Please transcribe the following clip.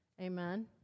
Amen